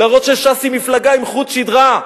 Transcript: להראות שש"ס היא מפלגה עם חוט שדרה.